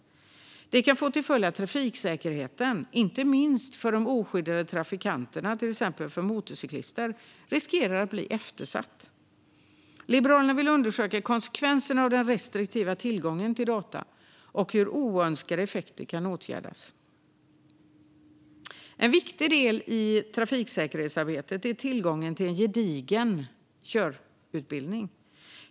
Det kan få till följd att trafiksäkerheten, inte minst för till exempel de oskyddade trafikanterna som motorcyklister, riskerar att bli eftersatt. Liberalerna vill undersöka konsekvenserna av den restriktiva tillgången till data och hur oönskade effekter kan åtgärdas. En viktig del i trafiksäkerhetsarbetet är tillgången till en gedigen körutbildning.